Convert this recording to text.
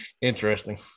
Interesting